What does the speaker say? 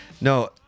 no